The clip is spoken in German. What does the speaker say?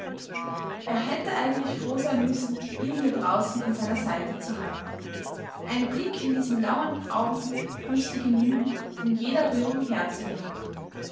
er hätte eigentlich froh sein müssen ihn hier draußen an seiner seite zu haben ein blick in diese lauernden augen mußte genügen um jeder rührung herr zu werden